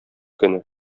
көне